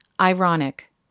ironic